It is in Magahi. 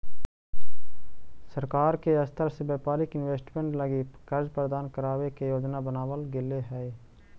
सरकार के स्तर से व्यापारिक इन्वेस्टमेंट लगी कर्ज प्रदान करावे के योजना बनावल गेले हई